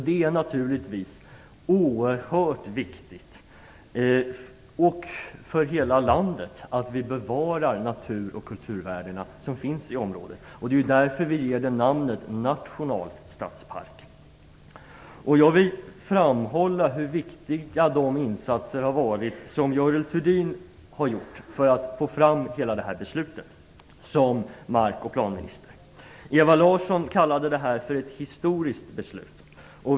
Det är naturligtvis oerhört viktigt för hela landet att vi bevarar natur och kulturvärdena som finns i området, och det är därför vi ger det namnet nationalstadspark. Jag vill framhålla hur viktiga de insatser har varit som Görel Thurdin som mark och planminister har gjort för att få fram hela det här beslutet. Ewa Larsson kallade det här för ett historiskt beslut.